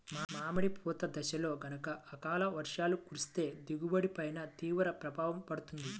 మామిడి పూత దశలో గనక అకాల వర్షాలు కురిస్తే దిగుబడి పైన తీవ్ర ప్రభావం పడుతుంది